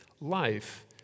life